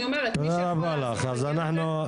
אני אומרת, מי שיכול לעזור בעניין הזה.